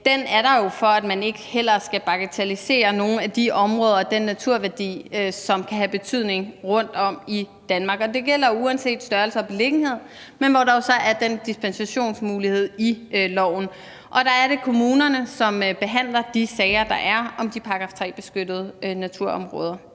er der jo, for at man ikke skal bagatellisere nogen af de områder og den naturværdi, som kan have betydning rundtom i Danmark, og det gælder uanset størrelse og beliggenhed, men hvor der så er den dispensationsmulighed i loven. Og der er det kommunerne, som behandler de sager, der er, om de § 3-beskyttede naturområder,